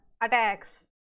attacks